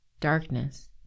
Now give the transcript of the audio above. darkness